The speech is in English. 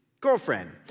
girlfriend